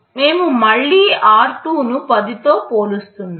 మేము మళ్ళీ r2 ను 10 తో పోలుస్తున్నాము